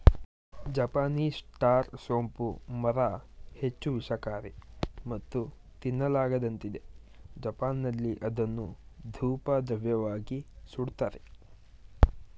Japanese star ಸೋಂಪು ಮರ ಹೆಚ್ಚು ವಿಷಕಾರಿ ಮತ್ತು ತಿನ್ನಲಾಗದಂತಿದೆ ಜಪಾನ್ನಲ್ಲಿ ಅದನ್ನು ಧೂಪದ್ರವ್ಯವಾಗಿ ಸುಡ್ತಾರೆ